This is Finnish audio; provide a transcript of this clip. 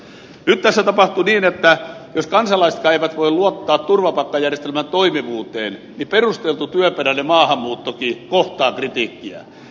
nyt tässä tapahtuu niin että jos kansalaisetkaan eivät voi luottaa turvapaikkajärjestelmän toimivuuteen niin perusteltu työperäinen maahanmuuttokin kohtaa kritiikkiä